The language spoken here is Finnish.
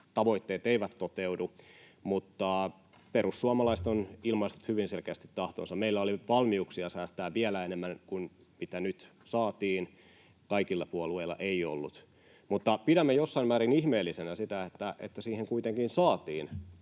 tavoitteet eivät toteudu, mutta perussuomalaiset on ilmaissut hyvin selkeästi tahtonsa. Meillä oli valmiuksia säästää vielä enemmän kuin mitä nyt saatiin. Kaikilla puolueilla ei ollut. Mutta pidämme jossain määrin ihmeellisenä sitä, että kuitenkin saatiin